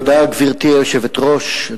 גברתי היושבת-ראש,